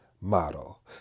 model